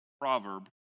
proverb